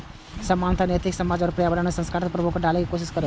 सामान्यतः नैतिक बैंक समाज आ पर्यावरण पर सकारात्मक प्रभाव डालै के कोशिश करै छै